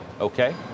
Okay